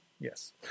Yes